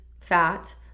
fat